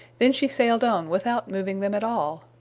then she sailed on without moving them at all.